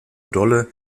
dolle